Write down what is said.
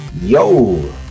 Yo